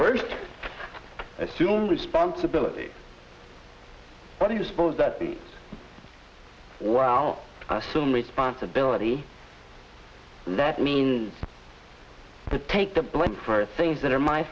first assume responsibility but do you suppose that the wow assume responsibility that means to take the blame for things that are my